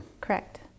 Correct